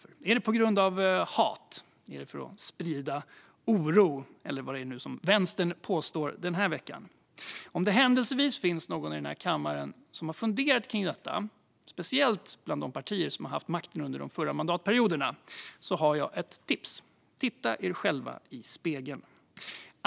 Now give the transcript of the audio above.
Är det på grund av hat? Är det för att sprida oro, eller vad vänstern nu påstår den här veckan? Om det händelsevis finns någon i den här kammaren som funderat på detta, speciellt bland de partier som haft makten under de förra mandatperioderna, har jag ett tips. Titta er själva i spegeln!